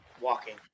walking